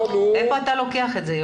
מאיפה אתה לוקח את זה?